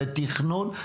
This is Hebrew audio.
זה תכנון,